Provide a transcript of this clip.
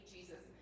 Jesus